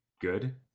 good